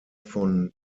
von